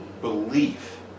belief